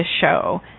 show